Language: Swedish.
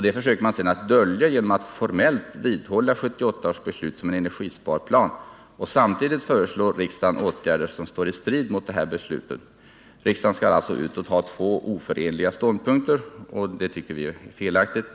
Det försöker man dölja genom att formellt vidhålla 1978 års beslut som en energisparplan och samtidigt föreslå riksdagen åtgärder som står i strid mot detta beslut. Riksdagen skall alltså utåt inta två oförenliga ståndpunkter. Det tycker vi är felaktigt.